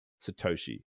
Satoshi